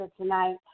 tonight